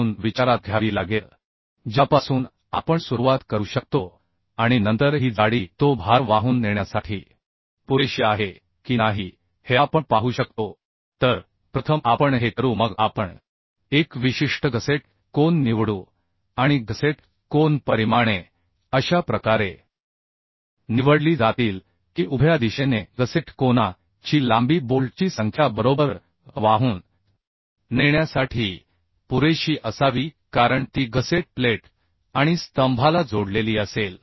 म्हणून विचारात घ्यावी लागेल ज्यापासून आपण सुरुवात करू शकतो आणि नंतर ही जाडी तो भार वाहून नेण्यासाठीपुरेशी आहे की नाही हे आपण पाहू शकतो तर प्रथम आपण हे करू मग आपण एक विशिष्ट गसेट कोन निवडू आणि गसेट कोन परिमाणे अशा प्रकारे निवडली जातील की उभ्या दिशेने गसेट कोना ची लांबी बोल्टची संख्या बरोबर वाहून नेण्यासाठी पुरेशी असावी कारण ती गसेट प्लेट आणि स्तंभाला जोडलेली असेल